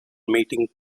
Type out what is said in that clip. meeting